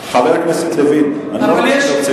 חבר הכנסת לוין, אני קורא לסדר פעם ראשונה.